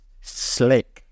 slick